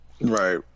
Right